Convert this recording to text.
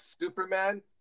Superman